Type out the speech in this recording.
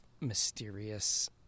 mysterious